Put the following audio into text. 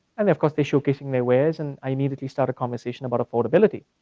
and of course, they're showcasing their wares. and i immediately start a conversation about affordability,